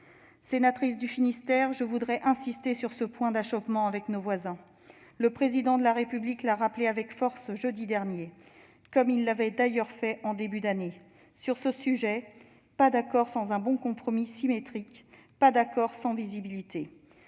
Sénatrice du Finistère, je voudrais insister sur cette dernière pierre d'achoppement. Le Président de la République l'a rappelé avec force, jeudi dernier, comme il l'avait d'ailleurs déjà fait en début d'année : sur ce sujet, pas d'accord sans un bon compromis symétrique, pas d'accord sans visibilité.